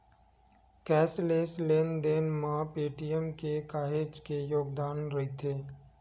cashless लेन देन म पेटीएम के काहेच के योगदान रईथ